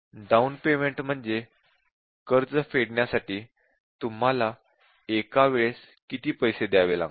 down payment म्हणजे कर्ज फेडण्यासाठी तुम्हाला एका वेळेस किती पैसे द्यावे लागणार